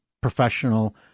professional